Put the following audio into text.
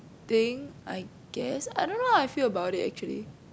thing I guess I don't know how I feel about it actually